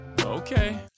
Okay